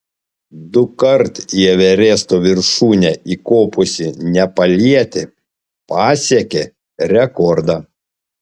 dukart į everesto viršūnę įkopusi nepalietė pasiekė rekordą